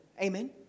Amen